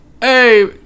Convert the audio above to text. Hey